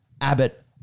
Abbott